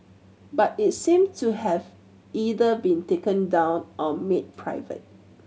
but it seems to have either been taken down or made private